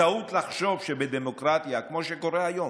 טעות לחשוב שדמוקרטיה, כמו שקורה היום,